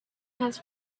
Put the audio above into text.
has